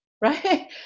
right